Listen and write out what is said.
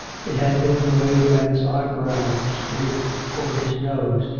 it had been the way the man's eyebrows grew over his nose,